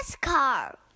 car